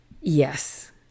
Yes